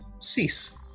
cease